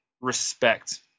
respect